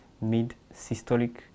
mid-systolic